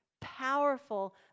powerful